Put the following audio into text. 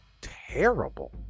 terrible